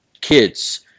kids